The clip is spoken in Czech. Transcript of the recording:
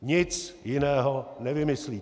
Nic jiného nevymyslíte.